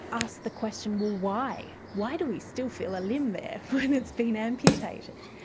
asked the question, well why? why do we still feel a limb there when it's been amputated?